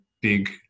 big